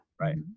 Right